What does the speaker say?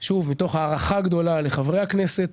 זאת מתוך הערכה גדולה לחברי הכנסת,